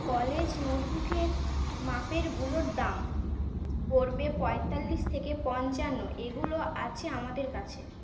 college নোটবুকের মাপেরগুলোর দাম পড়বে পঁয়তাল্লিশ থেকে পঞ্চান্ন এগুলো আছে আমাদের কাছে